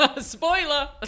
Spoiler